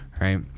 Right